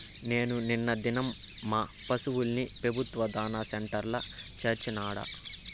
నేను నిన్న దినం మా పశుల్ని పెబుత్వ దాణా సెంటర్ల చేర్చినాడ